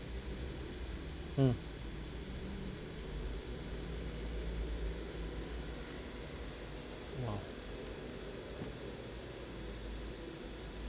hmm !wow!